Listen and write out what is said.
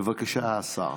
בבקשה, השר.